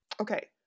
Okay